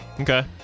okay